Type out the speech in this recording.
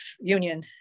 Union